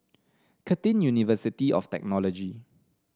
Curtin University of Technology